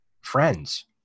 friends